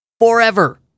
Forever